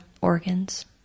organs